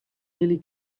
nearly